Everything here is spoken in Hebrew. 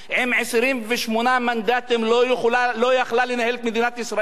עם 28 מנדטים לא יכלה לנהל את מדינת ישראל.